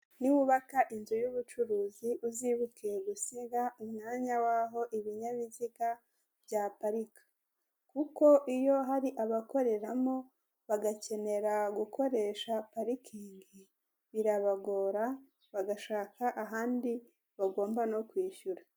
Niwubaka inzu y'ubucuruzi uzibuke gusiga umwanya w'aho ibinyabiziga byaparika kuko iyo hari abakoreramo bagakenera gukoresha parikingi birabagora bagashaka ahandi bagomba no kwishyura.